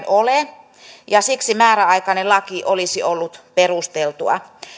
ole ja siksi määräaikainen laki olisi ollut perusteltua